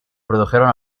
produjeron